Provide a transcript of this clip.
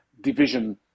division